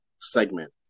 segment